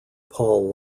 paul